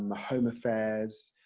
um home affairs,